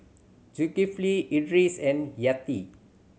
Zulkifli Idris and Yati